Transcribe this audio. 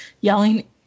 yelling